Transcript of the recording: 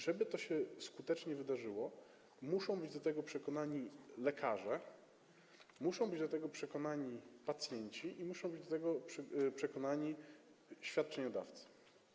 Żeby to skutecznie zadziałało, muszą być do tego przekonani lekarze, muszą być do tego przekonani pacjenci i muszą być do tego przekonani świadczeniodawcy.